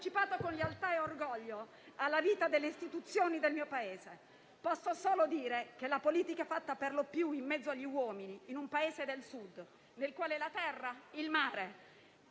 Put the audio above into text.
con lealtà e orgoglio alla vita delle istituzioni del mio Paese. Posso solo dire che la politica fatta per lo più in mezzo agli uomini, in un paese del Sud, nel quale la terra e il mare